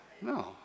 No